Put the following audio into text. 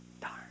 darn